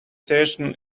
station